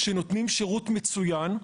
שנותנים שירות מצוין.